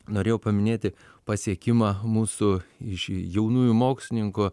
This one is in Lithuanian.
norėjau paminėti pasiekimą mūsų iš jaunųjų mokslininkų